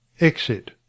Exit